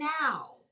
now